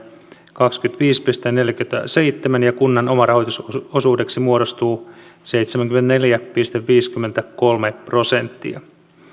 kaksikymmentäviisi pilkku neljäkymmentäseitsemän ja kunnan omarahoitusosuudeksi muodostuu seitsemänkymmentäneljä pilkku viisikymmentäkolme prosenttia